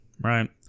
right